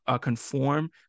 conform